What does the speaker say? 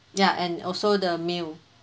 ya and also the meal